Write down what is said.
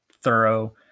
thorough